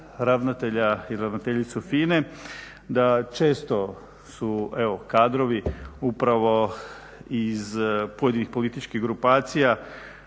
ravnatelja ili ravnateljicu FINA-e, da često su evo kadrovi upravo iz pojedinih političkih grupacija.